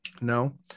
No